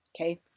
Okay